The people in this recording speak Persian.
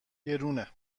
گرونه